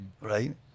Right